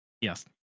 Yes